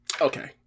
Okay